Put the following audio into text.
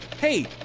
Hey